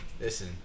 Listen